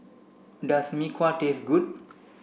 does Mee Kuah taste good